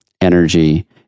energy